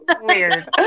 Weird